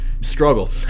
struggle